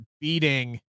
beating